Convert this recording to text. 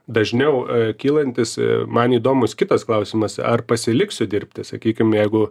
dažniau kylantis man įdomūs kitas klausimas ar pasiliksiu dirbti sakykim jeigu